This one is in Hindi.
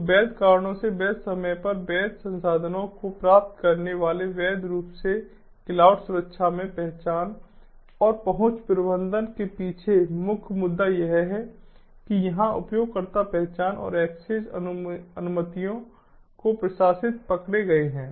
तो वैध कारणों से वैध समय पर वैध संसाधनों को प्राप्त करने वाले वैध रूप से क्लाउड सुरक्षा में पहचान और पहुंच प्रबंधन के पीछे मुख्य मुद्दा यह है कि यहां उपयोगकर्ता पहचान और एक्सेस अनुमतियों को प्रशासित पकड़े गए हैं